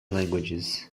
languages